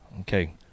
Okay